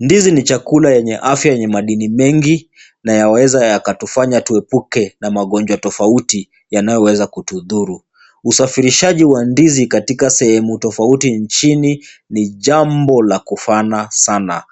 Ndizi ni chakula yenye afya yenye madini mengi na yaweza yakatufanya tuepuke na magonjwa tofauti yanayoweza kutudhuru. Usafirishaji wa ndizi katika sehemu tofauti nchini ni jambo la kufaana sana.